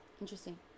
interesting